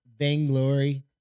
Banglory